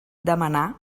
demanar